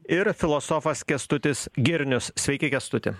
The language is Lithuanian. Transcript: ir filosofas kęstutis girnius sveiki kęstuti